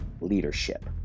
leadership